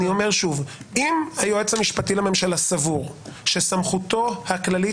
אם היועץ המשפטי לממשלה סבור שסמכותו הכללית,